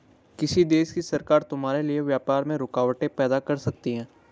किसी देश की सरकार तुम्हारे लिए व्यापार में रुकावटें पैदा कर सकती हैं